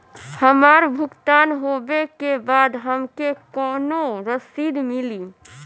हमार भुगतान होबे के बाद हमके कौनो रसीद मिली?